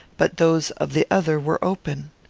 but those of the other were open.